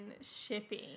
shipping